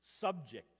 subject